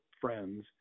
friends